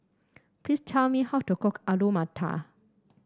please tell me how to cook Alu Matar